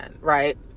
right